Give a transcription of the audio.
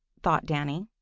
thought danny.